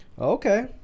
Okay